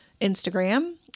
Instagram